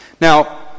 Now